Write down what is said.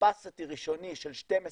בקפסיטי ראשוני של 12